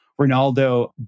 Ronaldo